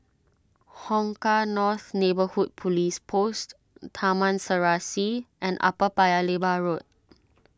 Hong Kah North Neighbourhood Police Post Taman Serasi and Upper Paya Lebar Road